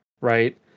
right